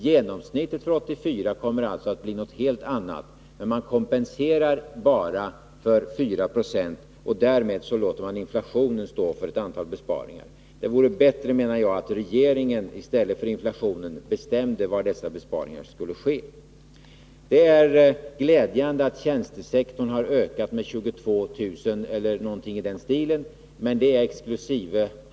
Genomsnittet för 1984 kommer alltså att bli någonting helt annat, men man kompenserar bara för 4 Jo. Därmed låter man inflationen stå för ett antal besparingar. Det vore bättre, menar jag, att regeringen och inte inflationen bestämde var dessa besparingar skall ske. Det är glädjande att tjänstesektorn har ökat med 22 000 eller någonting sådant, men det är exkl.